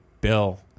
Bill